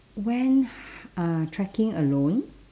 went uh trekking alone